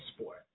sport